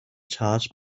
charge